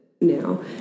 now